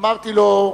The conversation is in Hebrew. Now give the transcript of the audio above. אמרתי לו,